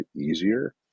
easier